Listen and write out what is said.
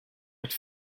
mit